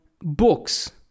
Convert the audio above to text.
books